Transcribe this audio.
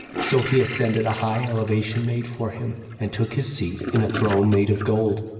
so he ascended a high elevation made for him, and took his seat, in a throne made of gold,